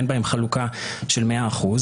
אין בהם חלוקה של 100 אחוזים,